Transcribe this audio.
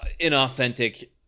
inauthentic